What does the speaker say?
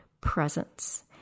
presence